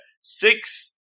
Six